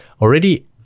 already